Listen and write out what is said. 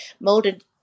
molded